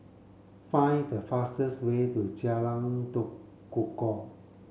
find the fastest way to Jalan Tekukor